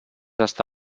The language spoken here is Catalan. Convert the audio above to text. està